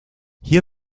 hier